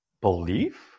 belief